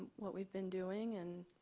what we've been doing. and,